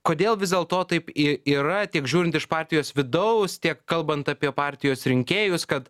kodėl vis dėlto taip y yra tiek žiūrint iš partijos vidaus tiek kalbant apie partijos rinkėjus kad